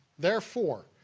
therefore,